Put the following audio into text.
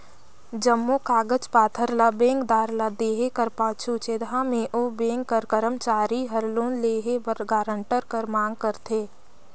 जम्मो कागज पाथर ल बेंकदार ल देहे कर पाछू छेदहा में ओ बेंक कर करमचारी हर लोन लेहे बर गारंटर कर मांग करथे